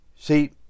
See